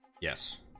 Yes